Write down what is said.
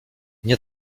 nie